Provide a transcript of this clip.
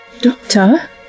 Doctor